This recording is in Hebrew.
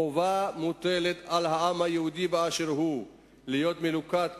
חובה מוטלת על העם היהודי באשר הוא להיות מלוכד כאן,